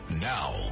Now